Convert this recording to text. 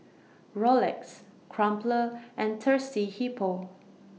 Rolex Crumpler and Thirsty Hippo